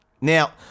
Now